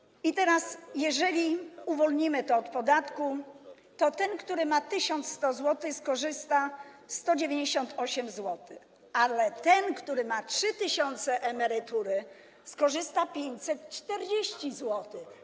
I teraz, jeżeli uwolnimy to od podatku, to ten, który ma 1100 zł, skorzysta 198 zł, ale ten, który ma 3000 zł emerytury, skorzysta 540 zł.